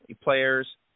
players